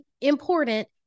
important